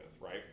right